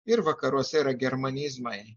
ir vakaruose yra germanizmai